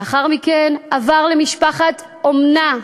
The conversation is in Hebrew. ולאחר מכן עבר למשפחת אומנה.